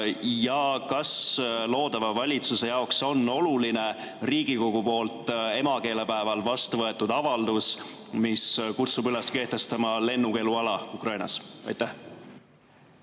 Ja kas loodava valitsuse jaoks on oluline Riigikogu poolt emakeelepäeval vastu võetud avaldus, mis kutsub üles kehtestama lennukeeluala Ukrainas? Aitäh!